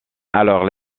alors